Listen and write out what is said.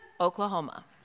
Oklahoma